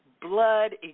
blood